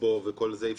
אנחנו